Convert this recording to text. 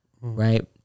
right